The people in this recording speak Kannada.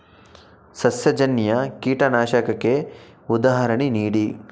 ಸಸ್ಯಜನ್ಯ ಕೀಟನಾಶಕಕ್ಕೆ ಉದಾಹರಣೆ ನೀಡಿ?